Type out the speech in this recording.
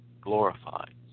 glorified